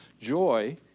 joy